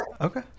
Okay